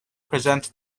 presents